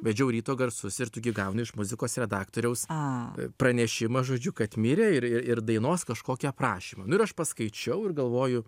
vedžiau ryto garsus ir tu gi gauni iš muzikos redaktoriaus pranešimą žodžiu kad mirė ir ir ir dainos kažkokį aprašymą nu ir aš paskaičiau ir galvoju